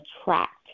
attract